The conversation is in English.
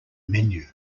menu